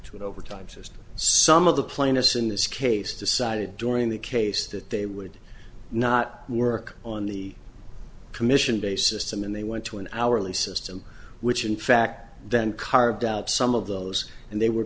an overtime system some of the plaintiffs in this case decided during the case that they would not work on the commission based system and they went to an hourly system which in fact then carved out some of those and they were